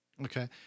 Okay